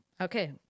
Okay